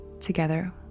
Together